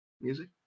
music